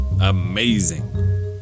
amazing